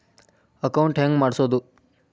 Account ಹೆಂಗ್ ಮಾಡ್ಸೋದು?